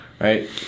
right